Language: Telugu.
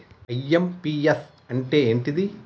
ఐ.ఎమ్.పి.యస్ అంటే ఏంటిది?